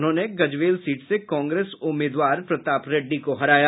उन्होंने गजवेल सीट से कांग्रेस उम्मीदवार प्रताप रेड्डी को हराया